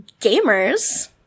gamers